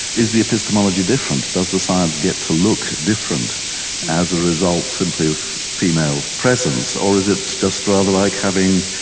is the epistemology different, does the science get to look different as a result simply of female presence or is it just rather like having,